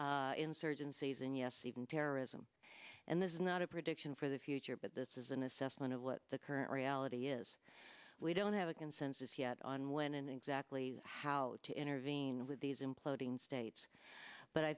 insurgencies and yes even terrorism and this is not a prediction for the future but this is an assessment of what the current reality is we don't have a consensus yet on when and exactly how to intervene with these imploding states but i